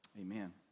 amen